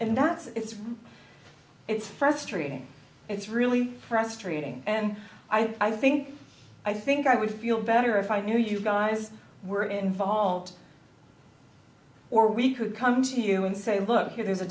and that's it's it's frustrating it's really frustrating and i think i think i would feel better if i knew you guys were involved or we could come to you and say look here there's a